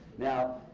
now,